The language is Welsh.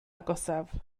agosaf